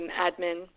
admin